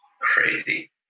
Crazy